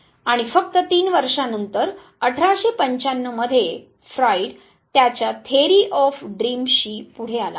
आणि फक्त तीन वर्षांनंतर 1895 मध्ये फ्रॉइड त्याच्या थेअरी ऑफ ड्रीम'शी पुढे आला